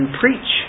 preach